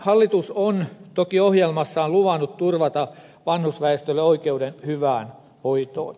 hallitus on toki ohjelmassaan luvannut turvata vanhusväestölle oikeuden hyvään hoitoon